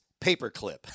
paperclip